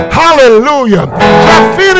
hallelujah